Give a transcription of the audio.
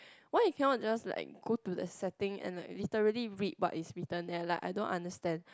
why you cannot just like go to the setting and like literally read what is written there like I don't understand